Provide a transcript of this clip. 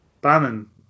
Bannon